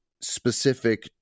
specific